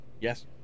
Yes